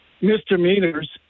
misdemeanors